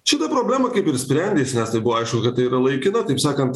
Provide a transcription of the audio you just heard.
šita problema kaip ir sprendėsi nes tai buvo aišku kad tai yra laikina taip sakant